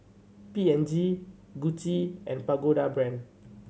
P and G Gucci and Pagoda Brand